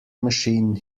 machine